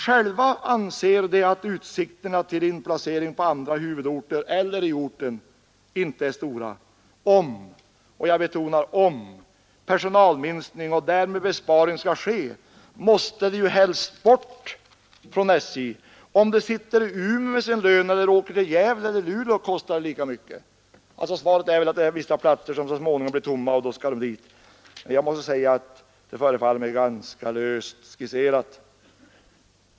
Själva anser de anställda att utsikterna till inplacering på andra huvudorter eller på orten inte är stora. Om — jag betonar om — personalminskning och därmed besparing skall ske, måste de ju helst bort från SJ. Om de sitter i Umeå med sin lön eller åker till Gävle eller Luleå, så kostar det lika mycket. Svaret är väl att vissa platser så småningom blir tomma och att de då skall dit. Det förefaller mig ganska löst skisserat.